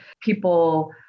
people